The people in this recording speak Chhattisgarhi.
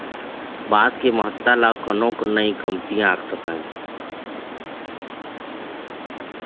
बांस के महत्ता ल कोनो नइ कमती आंक सकय